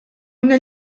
una